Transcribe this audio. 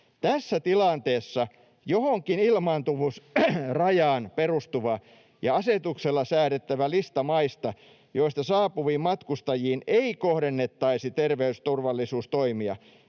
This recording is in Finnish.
Tässä tilanteessa johonkin ilmaantuvuusrajaan perustuva ja asetuksella säädettävä lista maista, joista saapuviin matkustajiin ei kohdennettaisi terveysturvallisuustoimia,